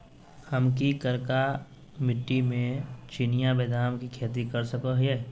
हम की करका मिट्टी में चिनिया बेदाम के खेती कर सको है?